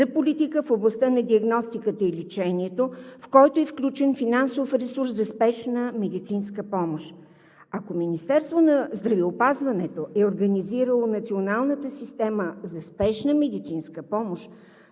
за „Политика в областта на диагностиката и лечението“, в който е включен финансов ресурс за спешна медицинска помощ. Ако Министерството на здравеопазването е организирало Националната система за спешна медицинска помощ,